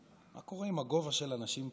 מה קורה עם הגובה של אנשים פה?